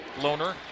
Loner